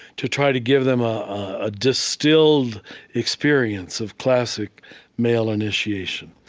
to try to give them a ah distilled experience of classic male initiation.